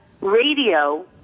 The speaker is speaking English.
radio